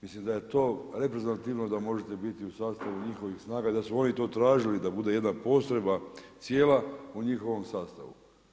Mislite da je to reprezentativno da možete biti u sastavu njihovih snaga i da su oni to tražili da bude jedna postrojba cijela u njihovom sastavu.